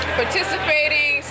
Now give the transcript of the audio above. participating